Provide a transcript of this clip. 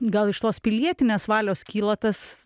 gal iš tos pilietinės valios kyla tas